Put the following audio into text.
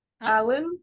Alan